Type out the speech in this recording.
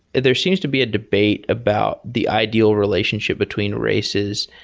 there seems to be a debate about the ideal relationship between races.